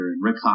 Rick